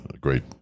great